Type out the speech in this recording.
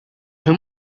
whom